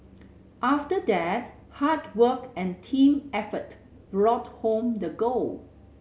after that hard work and team effort brought home the gold